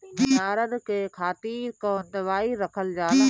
भंडारन के खातीर कौन दवाई रखल जाला?